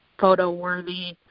photo-worthy